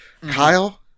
Kyle